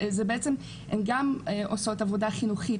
זה בעצם שהן גם עושות עבודה חינוכית,